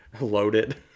loaded